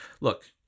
look